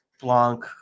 Blanc